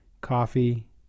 coffee